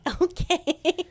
okay